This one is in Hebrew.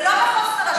זה לא מחוסר אשמה.